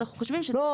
אנחנו חושבים --- לא,